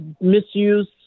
misuse